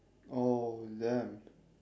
oh damn